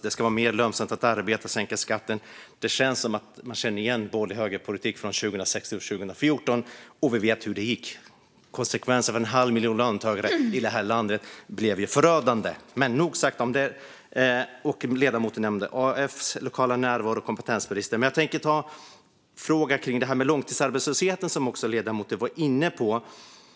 Det ska vara mer lönsamt att arbeta, och skatten ska sänkas. Man känner igen den borgerliga högerpolitiken från åren 2006-2014. Vi vet också hur det gick. Konsekvenserna blev förödande för en halv miljon löntagare i det här landet. Men nog sagt om det! Ledamoten nämnde Arbetsförmedlingens lokala närvaro och kompetensbristen. Jag tänker ställa en fråga om långtidsarbetslösheten, som även ledamoten var inne på.